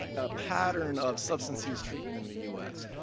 a pattern of substance use treatment in the u s.